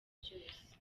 byose